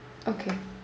okay